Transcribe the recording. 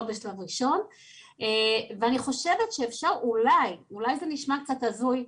בשלב הראשון ואני חושבת שאפשר אולי אולי זה נשמע קצת הזוי,